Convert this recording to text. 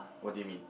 what do you mean